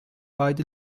beide